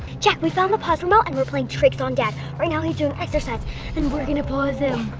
jack we found the pause remote and we're playing tricks on dad. right now. he's doing exercise and we're gonna pause him.